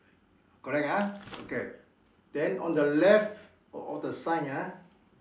correct ah okay then on the left of the sign ah